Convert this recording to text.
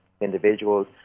individuals